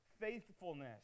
faithfulness